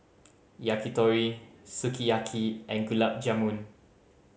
Yakitori Sukiyaki and Gulab Jamun